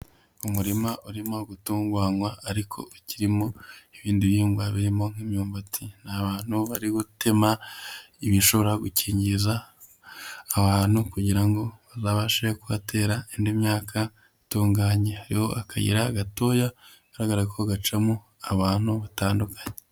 Umurima urimo gutunganywa ariko ukirimo ibindi bihingwa birimo nk'imyumbati, ni abantu bari gutema ibishobora gukingiza abantu kugira ngo bazabashe kuhatera indi myaka itunganye. Hariho akayira gatoya kagaragara ko gacamo abantu batandukanye.